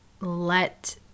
let